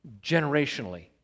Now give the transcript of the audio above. generationally